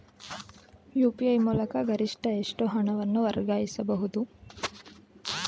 UPI ಮೂಲಕ ಗರಿಷ್ಠ ಎಷ್ಟು ಹಣವನ್ನು ವರ್ಗಾಯಿಸಬಹುದು?